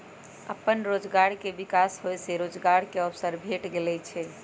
अप्पन रोजगार के विकास होय से रोजगार के अवसर भेटे लगैइ छै